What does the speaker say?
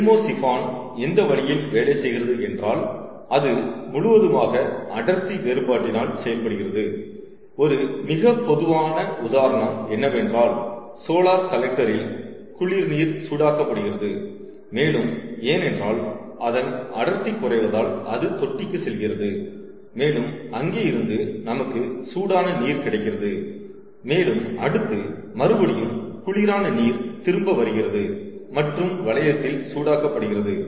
thermosiphon எந்த வழியில் வேலை செய்கிறது என்றால் அது முழுவதுமாக அடர்த்தி வேறுபாட்டினால் செயல்படுகிறது ஒரு மிகப் பொதுவான உதாரணம் என்னவென்றால் சோலார் கலெக்டரில் குளிர்நீர் சூடாக்க படுவது மேலும் ஏனென்றால் அதன் அடர்த்தி குறைவதால் அது தொட்டிக்கு செல்கிறது மேலும் அங்கே இருந்து நமக்கு சூடான நீர் கிடைக்கிறது மேலும் அடுத்து மறுபடியும் குளிரான நீர் திரும்ப வருகிறது மற்றும்வளையத்தில் சூடாக்கப்படுகிறது